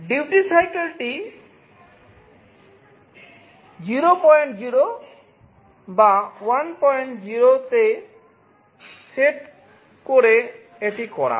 duty cycle cycle টি 00 বা 10 এ সেট করে এটি করা হয়